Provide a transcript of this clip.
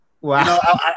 Wow